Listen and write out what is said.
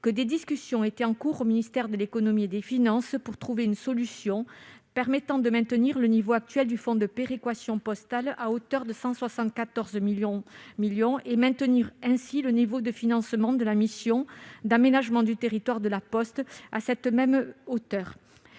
que des discussions étaient en cours au ministère de l'économie et des finances pour trouver une solution permettant de maintenir le niveau actuel du fonds de péréquation postale à hauteur de 174 millions d'euros et maintenir ainsi le niveau de financement de la mission d'aménagement du territoire de La Poste à cette même hauteur.